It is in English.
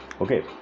okay